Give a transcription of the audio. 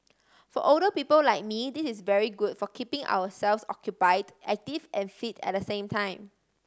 for older people like me this is very good for keeping ourselves occupied active and fit at the same time